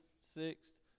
sixth